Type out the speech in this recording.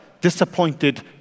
disappointed